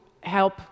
help